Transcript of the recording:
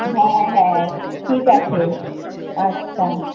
হ্যাঁ হ্যাঁ ঠিক আছে আচ্ছা